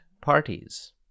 parties